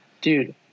Dude